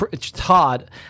Todd